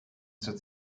zur